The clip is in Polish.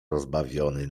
rozbawiony